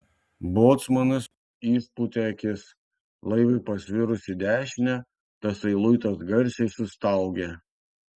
bocmanas išpūtė akis laivui pasvirus į dešinę tasai luitas garsiai sustaugė